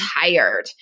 tired